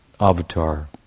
avatar